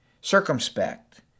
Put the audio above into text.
circumspect